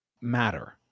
matter